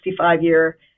65-year